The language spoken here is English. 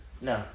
No